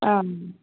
ஆ